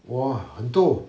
!wah! 很多